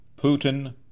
Putin